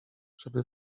żeby